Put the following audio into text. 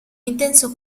intenso